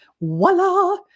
Voila